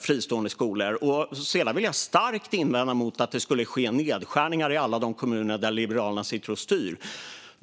fristående skolor. Sedan vill jag starkt invända mot att det skulle ske nedskärningar i alla de kommuner där Liberalerna styr.